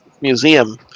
museum